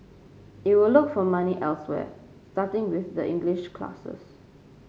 it will look for money elsewhere starting with the English classes